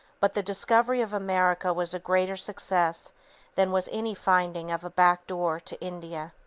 but the discovery of america was a greater success than was any finding of a back-door to india.